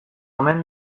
omen